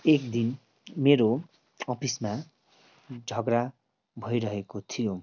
एक दिन मेरो अफिसमा झगडा भइरहेको थियो